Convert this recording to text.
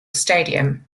stadium